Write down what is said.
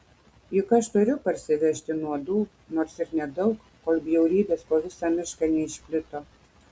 juk aš turiu parsivežti nuodų nors ir nedaug kol bjaurybės po visą mišką neišplito